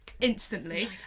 instantly